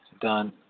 done